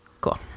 cool